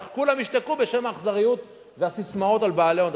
וכולם ישתקו בשם האכזריות והססמאות על בעלי הון,